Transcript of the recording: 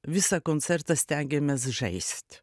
visą koncertą stengiamės žaist